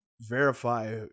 verify